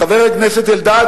חבר הכנסת אלדד,